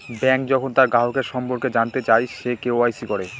bank যখন তার গ্রাহকের সম্পর্কে জানতে চায়, সে কে.ওয়া.ইসি করে